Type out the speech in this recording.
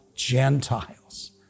Gentiles